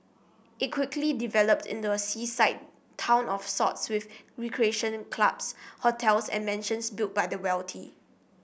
it quickly developed into a seaside town of sorts with recreation clubs hotels and mansions built by the wealthy